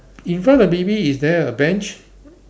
in front of the baby is there a bench